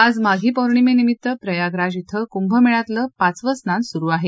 आज माधी पौर्णिमेनिमित्त प्रयागराज इथं कुंभ मेळ्यातलं पाचवं स्नान सुरु आहे